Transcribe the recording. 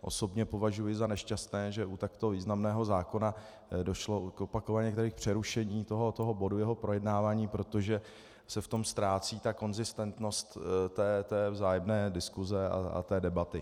Osobně považuji za nešťastné, že u takto významného zákona došlo opakovaně k přerušení bodu, jeho projednávání, protože se v tom ztrácí konzistentnost vzájemné diskuse a té debaty.